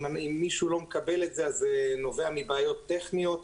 אם מישהו לא מקבל את זה, זה נובע מבעיות טכניות.